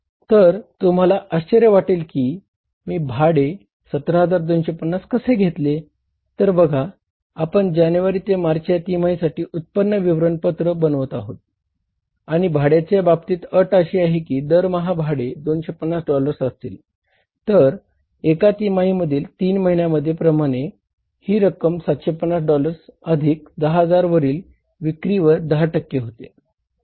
तर तुम्हाला आश्चर्य वाटेल की मी भाडे बनवत आहोत आणि भाड्याच्या बाबतीत अट अशी आहे की दरमहा भाडे 250 डॉलर्स असतील तर एका तिमाही मधील तीन महिन्या प्रमाणे ही रक्कम 750 डॉलर्स अधिक 10000 वरील विक्री वर 10 टक्के होते